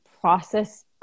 process